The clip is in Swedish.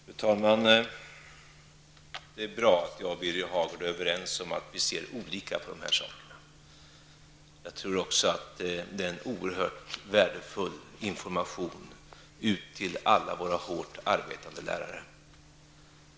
Fru talman! Det är bra att jag och Birger Hagård är överens om att vi ser olika på dessa frågor. Jag tror också att det är en oerhört värdefull information ut till alla våra hårt arbetande lärare.